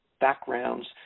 backgrounds